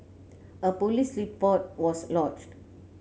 a police report was lodged